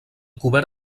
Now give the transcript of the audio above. cobert